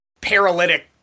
paralytic